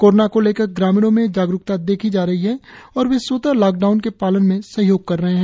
corona को लेकर रामीणों में जागरुकता देखी जा रही है और वे स्वत लॉकडाउन के पालन में सहयोग कर रहे हैं